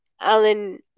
Alan